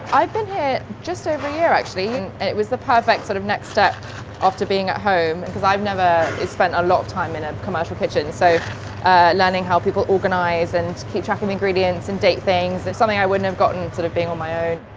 i've been here just over a year actually, and it was the perfect sort of next step after being at home because i've never spent a lot of time in commercial kitchen so learning how people organize and keep track of ingredients and date things. it's something i wouldn't have gotten sort of being on my own.